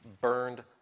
burned